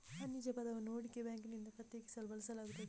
ವಾಣಿಜ್ಯ ಪದವನ್ನು ಹೂಡಿಕೆ ಬ್ಯಾಂಕಿನಿಂದ ಪ್ರತ್ಯೇಕಿಸಲು ಬಳಸಲಾಗುತ್ತದೆ